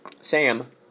Sam